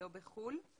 לא בחו"ל,